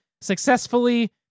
successfully